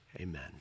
amen